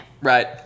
Right